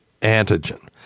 antigen